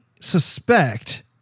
suspect